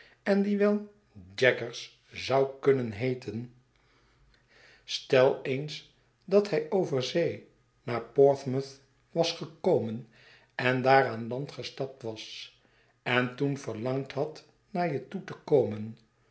en die wel jaggers zou kunnen heeten stel eens dat hij over zee naar portsmouth was gekomen en daar aan land gestapt was en toen verlangd had naar je toe te komen